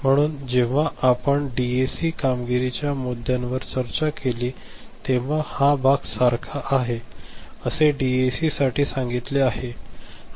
म्हणून जेव्हा आपण डीएसी कामगिरीच्या मुद्द्यांवर चर्चा केली तेव्हा हा भाग सारखा आहे असे डीएसीसाठी सांगितले आहे